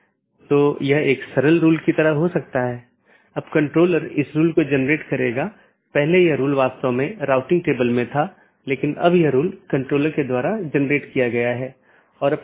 मुख्य रूप से दो BGP साथियों के बीच एक TCP सत्र स्थापित होने के बाद प्रत्येक राउटर पड़ोसी को एक open मेसेज भेजता है जोकि BGP कनेक्शन खोलता है और पुष्टि करता है जैसा कि हमने पहले उल्लेख किया था कि यह कनेक्शन स्थापित करता है